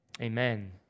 Amen